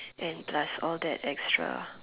and plus all that extra